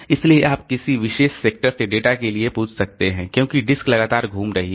इसलिए आप किसी विशेष सेक्टर से डेटा के लिए पूछ सकते हैं क्योंकि डिस्क लगातार घूम रही है